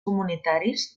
comunitaris